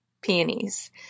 peonies